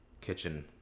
kitchen